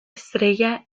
estrella